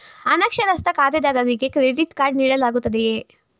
ಅನಕ್ಷರಸ್ಥ ಖಾತೆದಾರರಿಗೆ credit card ನೀಡಲಾಗುತ್ತದೆಯೇ?